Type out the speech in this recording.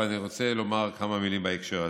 ואני רוצה לומר כמה מילים בהקשר הזה.